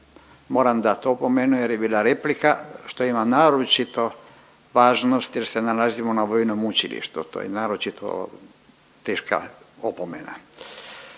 Moram dat opomenu jer je bila replika, što ima naročito važnost jer se nalazimo na vojnom učilištu, to je naročito teška opomena.